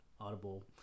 Audible